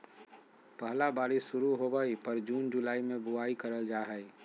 पहला बारिश शुरू होबय पर जून जुलाई में बुआई करल जाय हइ